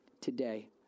today